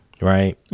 right